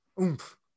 Oomph